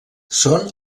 són